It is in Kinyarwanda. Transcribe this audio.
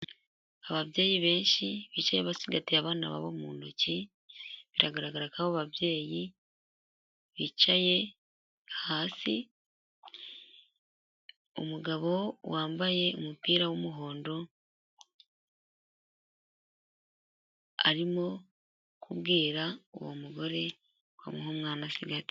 Ababyeyi benshi bicaye bacigatiye abana babo mu ntoki, biragaragara ko ababyeyi bicaye hasi. Umugabo wambaye umupira w'umuhondo arimo kubwira uwo mugore ngo amuhe umwana acigatiye.